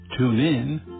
TuneIn